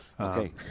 Okay